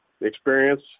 experience